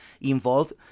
involved